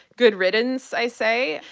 good riddance, i say.